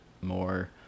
more